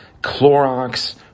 Clorox